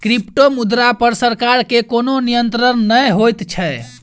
क्रिप्टोमुद्रा पर सरकार के कोनो नियंत्रण नै होइत छै